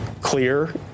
clear